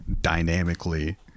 dynamically